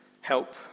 help